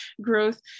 growth